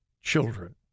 children